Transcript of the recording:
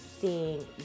seeing